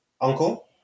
uncle